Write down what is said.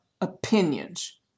opinions